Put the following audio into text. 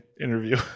interview